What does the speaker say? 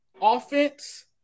offense